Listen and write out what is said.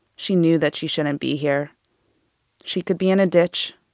she knew that she shouldn't be here she could be in a ditch.